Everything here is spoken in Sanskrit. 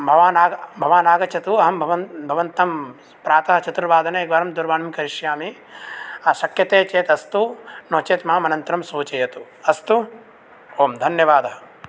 भवान् आ भवान् आगच्छतु अहं भवन्तं प्रातः चतुर्वादने एकवारं दूरवाणीं करिष्यामि शक्यते चेत् अस्तु नो चेत् माम् अनन्तरं सूचयतु अस्तु ओं धन्यवादः